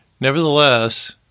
Nevertheless